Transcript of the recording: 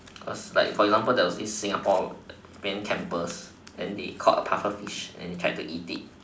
cause like for example there was this Singaporean campers then they caught a pufferfish then they tried to eat it